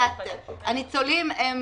הניצולים הם